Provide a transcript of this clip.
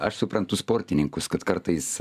aš suprantu sportininkus kad kartais